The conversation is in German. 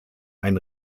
ein